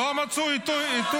הם היו